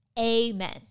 amen